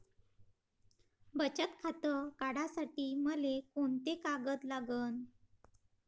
बचत खातं काढासाठी मले कोंते कागद लागन?